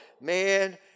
Man